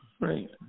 Right